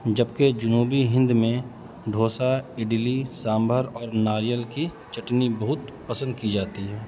جبکہ جنوبی ہند میں ڈوسا اڈلی سانبھر اور ناریل کی چٹنی بہت پسند کی جاتی ہے